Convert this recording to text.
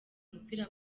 umupira